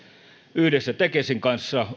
yhdessä tekesin kanssa